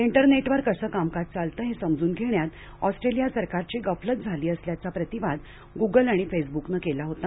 इंटरनेटवर कसं कामकाज चालतं हे समजून घेण्यात ऑस्ट्रेलिया सरकारची गफलत झाली असल्याचा प्रतिवाद गुगल आणि फेसबुकनं केला होता